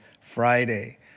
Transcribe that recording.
Friday